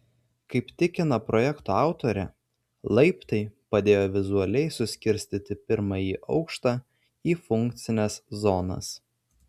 kaip tikina projekto autorė laiptai padėjo vizualiai suskirstyti pirmąjį aukštą į funkcines zonas